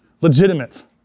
legitimate